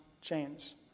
chains